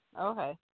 Okay